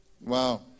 Wow